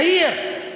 יהיר.